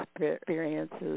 experiences